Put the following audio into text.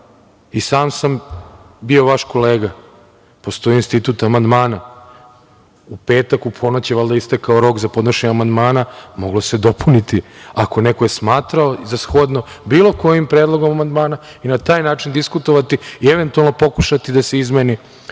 i sam sam bio vaš kolega. Postoji institut amandmana, u petak u ponoć je istekao rok za podnošenje amandmana i moglo se dopuniti, ako je neko smatrao za shodno bilo kojim predlogom amandmana i na taj način diskutovati i eventualno pokušati da se izmeni,